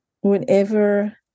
Whenever